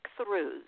breakthroughs